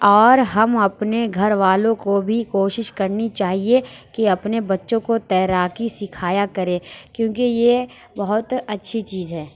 اور ہم اپنے گھر والوں کو بھی کوشش کرنی چاہیے کہ اپنے بچوں کو تیراکی سیکھایا کرے کیوں کہ یہ بہت اچھی چیز ہے